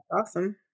Awesome